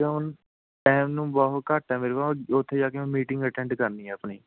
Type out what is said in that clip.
time ਨੂੰ ਬਹੁਤ ਘੱਟ ਹੈ ਮੇਰੇ ਪਾ ਉ ਉੱਤੇ ਜਾ ਕੇ ਮੈਂ ਮੀਟਿੰਗ ਅਟੈਂਡ ਕਰਨੀ ਹੈ ਆਪਣੀ